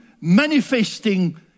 manifesting